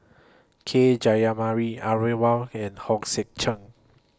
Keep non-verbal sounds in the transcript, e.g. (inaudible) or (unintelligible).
K Jayamani (unintelligible) and Hong Sek Chern